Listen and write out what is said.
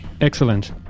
Excellent